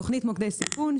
תוכנית מוקדי סיכון,